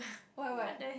why what